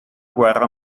guerra